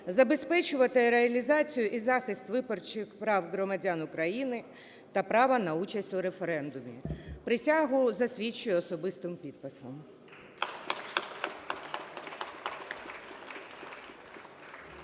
забезпечувати реалізацію і захист виборчих прав громадян України та права на участь у референдумі. Присягу засвідчую особистим підписом.